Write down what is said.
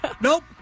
Nope